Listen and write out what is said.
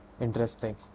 Interesting